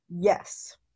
yes